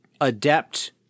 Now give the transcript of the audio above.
adept